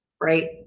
right